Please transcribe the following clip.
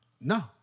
No